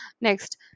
Next